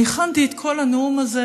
אני הכנתי את כל הנאום הזה